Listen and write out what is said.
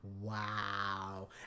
Wow